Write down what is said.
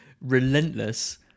relentless